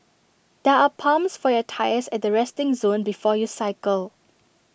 there are pumps for your tyres at the resting zone before you cycle